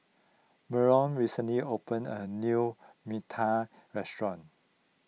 Mallory recently opened a new mita Restaurant